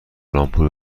لامپور